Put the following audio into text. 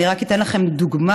אני רק אתן לכם דוגמה: